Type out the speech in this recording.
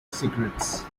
cigarettes